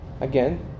Again